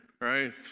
right